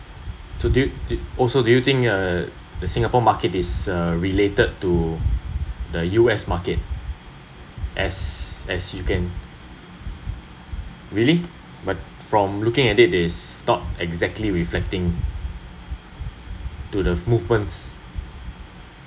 so do you also do you think uh the singapore market is uh related to the U_S market as as you can really but from looking at it is not exactly reflecting to the movements